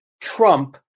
Trump